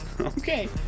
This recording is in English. Okay